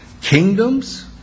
Kingdoms